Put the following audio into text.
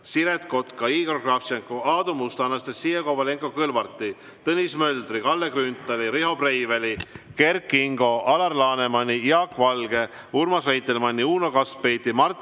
Siret Kotka, Igor Kravtšenko, Aadu Musta, Anastassia Kovalenko-Kõlvarti, Tõnis Möldri, Kalle Grünthali, Riho Breiveli, Kert Kingo, Alar Lanemani, Jaak Valge, Urmas Reitelmanni, Uno Kaskpeiti, Martin